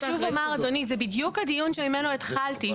אז שוב אומר אדוני, זה בדיוק הדיון ממנו התחלתי.